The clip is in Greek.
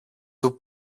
του